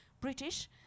British